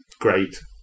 great